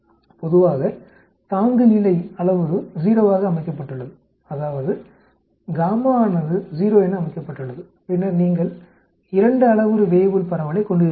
பொதுவாக தாங்குநிலை அளவுரு 0 ஆக அமைக்கப்பட்டுள்ளது அதாவது ஆனது 0 என அமைக்கப்பட்டுள்ளது பின்னர் நீங்கள் 2 அளவுரு வேய்புல் பரவலைக் கொண்டிருக்கிறீர்கள்